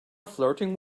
flirting